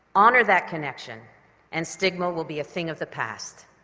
honour that connection and stigma will be a thing of the past.